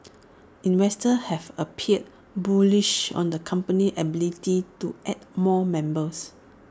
investors have appeared bullish on the company's ability to add more members